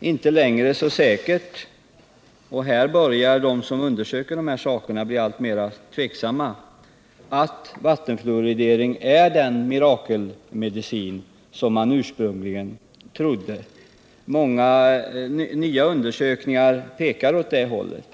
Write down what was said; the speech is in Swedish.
inte längre så säkert — här börjar de som undersöker de här sakerna bli alltmera tveksamma — att vattenfluoridering är den mirakelmedicin som man ursprungligen trodde. Nya undersökningar pekar åt det hållet.